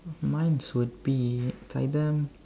mine's would be either